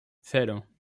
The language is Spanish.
cero